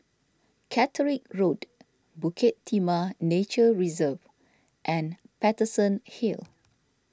Caterick Road Bukit Timah Nature Reserve and Paterson Hill